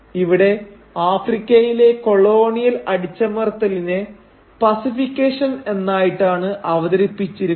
ഇവിടെ ആഫ്രിക്കയിലെ കൊളോണിയൽ അടിച്ചമർത്തലിനെ പസിഫിക്കേഷൻ എന്നായിട്ടാണ് അവതരിപ്പിച്ചിരിക്കുന്നത്